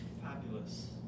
fabulous